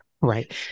right